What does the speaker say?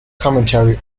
commentary